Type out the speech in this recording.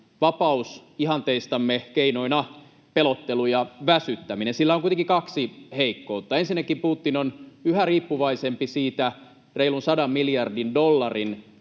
vapausihanteistamme, keinoina pelottelu ja väsyttäminen. Sillä on kuitenkin kaksi heikkoutta: Ensinnäkin Putin on yhä riippuvaisempi siitä reilun sadan miljardin dollarin